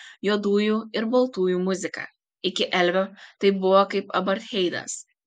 juodųjų ir baltųjų muzika iki elvio tai buvo kaip apartheidas